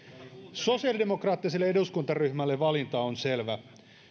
sosiaalidemokraattiselle eduskuntaryhmälle valinta on selvä